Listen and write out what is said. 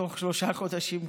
בתוך שלושה חודשים,